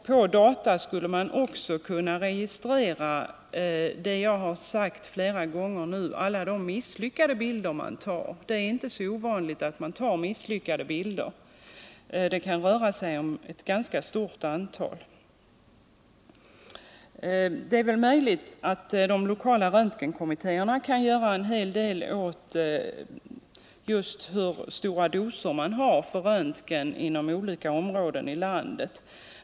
På data skulle man också kunna registrera — det har jag sagt många gånger nu — alla de misslyckade bilder man tar. Det är inte så ovanligt att man tar misslyckade bilder — det kan röra sig om ett ganska stort antal. Det är väl möjligt att de lokala röntgenkommittéerna kan göra något åt frågan om hur stora doser man har för röntgen inom olika områden i landet.